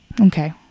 okay